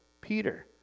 Peter